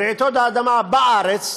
ורעידות האדמה בארץ,